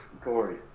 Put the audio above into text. Corey